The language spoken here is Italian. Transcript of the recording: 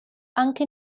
anche